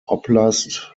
oblast